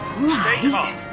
Right